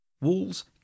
Walls